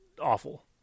awful